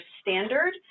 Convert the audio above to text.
standard